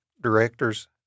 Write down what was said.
directors